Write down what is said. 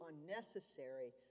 unnecessary